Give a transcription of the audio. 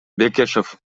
бекешев